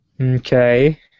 Okay